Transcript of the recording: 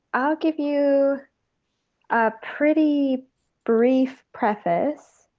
i'll give you a pretty brief preface,